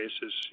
basis